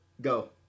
go